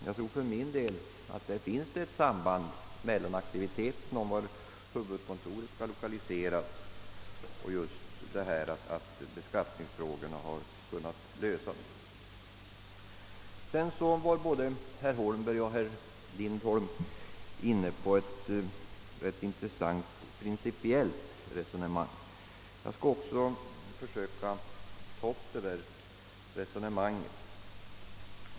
Jag tror för min del att det finns ett samband mellan aktiviteten beträffande frågan var huvudkontoret skall ligga och det faktum att beskattningsproblemen har kunnat mildras. Både herr Holmberg och herr Lindholm förde ett rätt intressant principiellt resonemang. Jag skall anknyta till det.